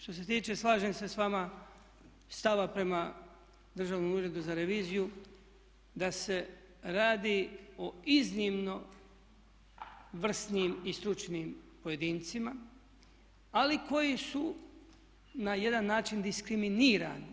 Što se tiče, slažem se s vama, stava prema Državnom uredu za reviziju da se radi o iznimno vrsnim i stručnim pojedincima ali koji su na jedan način diskriminirani.